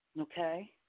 okay